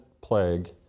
plague